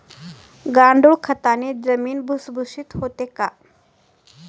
गांडूळ खताने जमीन भुसभुशीत होते का?